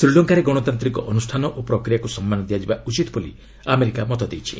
ଶ୍ରୀଲଙ୍କାରେ ଗଣତାନ୍ତିକ ଅନୁଷ୍ଠାନ ଓ ପ୍ରକ୍ରିୟାକୁ ସମ୍ମାନ ଦିଆଯିବା ଉଚିତ ବୋଲି ଆମେରିକା କହିଛି